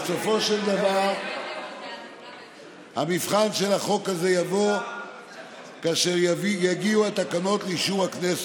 בסופו של דבר המבחן של החוק הזה יבוא כאשר יגיעו התקנות לאישור הכנסת.